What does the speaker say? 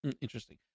Interesting